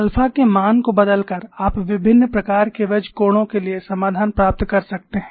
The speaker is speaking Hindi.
अल्फा के मान को बदलकर आप विभिन्न प्रकार के वैज कोणों के लिए समाधान प्राप्त कर सकते हैं